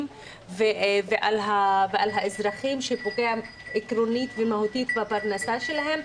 ועל האזרחים ופוגע עקרונית ומהותית בפרנסה שלהם,